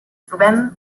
trobem